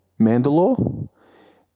Mandalore